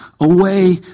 away